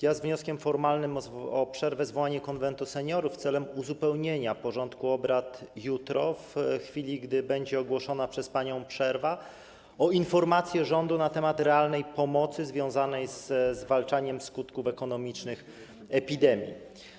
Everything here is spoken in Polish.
Ja z wnioskiem formalnym o przerwę i zwołanie Konwentu Seniorów celem uzupełnienia porządku obrad jutro, w chwili gdy będzie ogłoszona przez panią przerwa, o informację rządu na temat realnej pomocy związanej ze zwalczaniem skutków ekonomicznych epidemii.